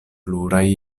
pluraj